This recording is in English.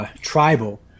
tribal